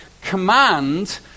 command